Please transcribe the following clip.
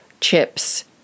chips